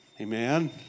Amen